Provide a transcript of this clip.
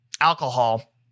alcohol